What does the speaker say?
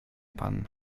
pan